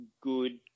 good